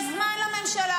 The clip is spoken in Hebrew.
יש זמן לממשלה,